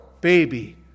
baby